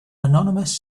anonymous